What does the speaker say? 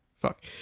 fuck